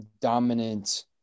dominant